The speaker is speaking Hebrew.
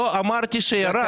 לא אמרתי שירד.